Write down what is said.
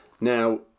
Now